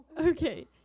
Okay